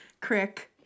crick